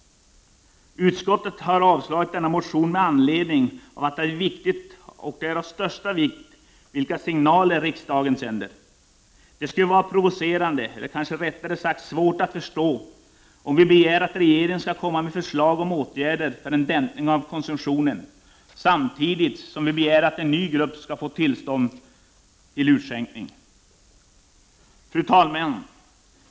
Utskottet har avstyrkt denna motion med anledning av att det är av största vikt att beakta vilka signaler riksdagen sänder. Det skulle vara provocerande, eller kanske rättare sagt svårt att förstå, om vi begär att regeringen skall komma med förslag om åtgärder för en dämpning av konsumtionen samtidigt som vi begär att en ny grupp skall få tillstånd för utskänkning. Fru talman!